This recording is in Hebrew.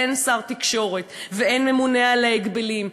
אין שר תקשורת ואין ממונה על ההגבלים,